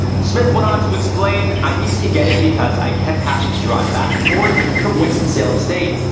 smith went on to explain i needed to get it because i kept having to drive back and forth from winston-salem state.